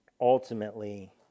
ultimately